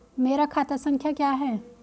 मेरा खाता संख्या क्या है?